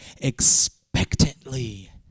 expectantly